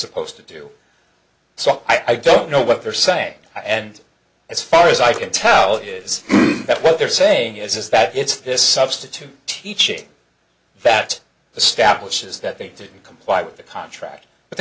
supposed to do so i don't know what they're saying and as far as i can tell is that what they're saying is that it's this substitute teaching that the staff which is that they didn't comply with the contract but the